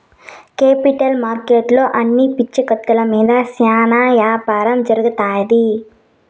capital మార్కెట్లో అన్ని పూచీకత్తుల మీద శ్యానా యాపారం జరుగుతాయి